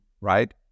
right